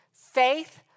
faith